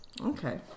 Okay